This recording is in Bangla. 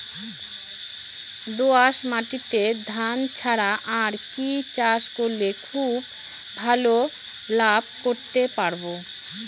দোয়াস মাটিতে ধান ছাড়া আর কি চাষ করলে খুব ভাল লাভ করতে পারব?